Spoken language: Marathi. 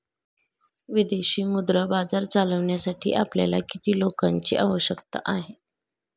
विदेशी मुद्रा बाजार चालविण्यासाठी आपल्याला किती लोकांची आवश्यकता आहे?